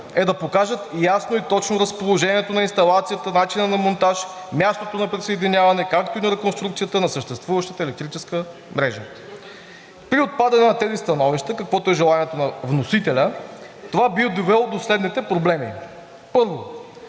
е да покажат ясно и точно разположението на инсталацията, начина на монтаж, мястото на присъединяване, както и на реконструкцията на съществуващата електрическа мрежа. При отпадане на тези становища, каквото е желанието на вносителя, това би довело до следните проблеми: Първо,